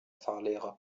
fahrlehrer